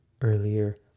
earlier